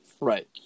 Right